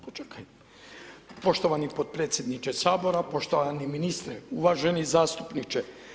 Poštovani potpredsjedniče Sabora, poštovani ministre uvaženi zastupniče.